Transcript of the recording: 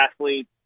athletes